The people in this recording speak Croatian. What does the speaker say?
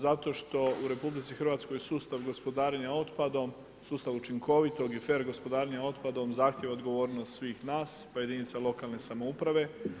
Zato što u RH sustav gospodarenja otpadom, sustav učinkovitog i fer gospodarenja otpadom zahtjeva odgovornost svih nas pa i jedinica lokalne samouprave.